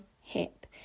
hip